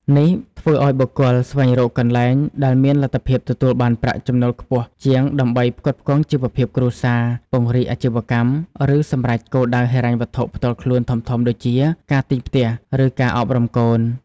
នេះធ្វើឱ្យបុគ្គលស្វែងរកកន្លែងដែលមានលទ្ធភាពទទួលបានប្រាក់ចំណូលខ្ពស់ជាងដើម្បីផ្គត់ផ្គង់ជីវភាពគ្រួសារ ពង្រីកអាជីវកម្ម ឬសម្រេចគោលដៅហិរញ្ញវត្ថុផ្ទាល់ខ្លួនធំៗដូចជា ការទិញផ្ទះ ឬការអប់រំកូន។